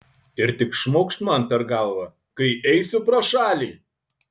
ir tik šmaukšt man per galvą kai eisiu pro šalį